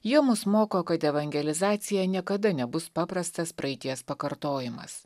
jie mus moko kad evangelizacija niekada nebus paprastas praeities pakartojimas